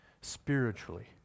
spiritually